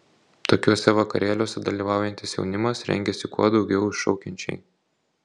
tokiuose vakarėliuose dalyvaujantis jaunimas rengiasi kuo daugiau iššaukiančiai